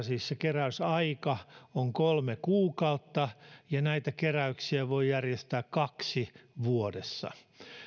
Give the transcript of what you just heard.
siis se keräysaika on kolme kuukautta ja näitä keräyksiä voi järjestää kaksi vuodessa